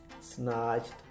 snatched